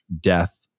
death